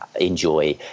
enjoy